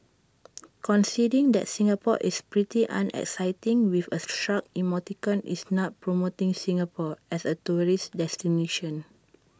conceding that Singapore is pretty unexciting with A shrug emoticon is not promoting Singapore as A tourist destination